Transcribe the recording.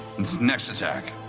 it's next attack.